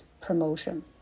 promotion